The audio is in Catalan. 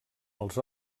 els